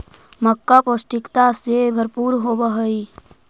मक्का पौष्टिकता से भरपूर होब हई